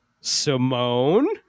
Simone